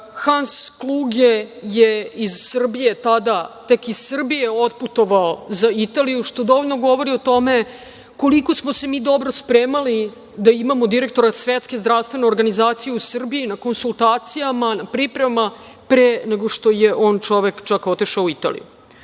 Kluge je iz Srbije tada, tek iz Srbije otputovao za Italiju, što dovoljno govori o tome koliko smo se mi dobro spremali da imamo direktora SZO u Srbiji, na konsultacijama, na pripremama, pre nego što je on čovek čak otišao u Italiju. Prvi